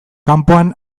kanpoan